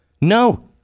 no